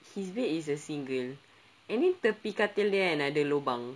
his bed is a single and then tepi katil dia kan ada lubang